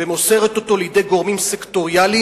ומוסרת אותו לידי גורמים סקטוריאליים,